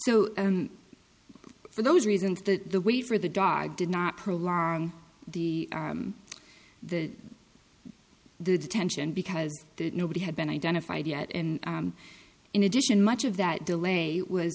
so for those reasons that the wait for the dog did not the the the attention because nobody had been identified yet and in addition much of that delay was